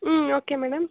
ம் okay madam